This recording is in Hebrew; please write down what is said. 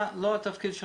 לא מבקשים כאן הרבה יותר.